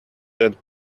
that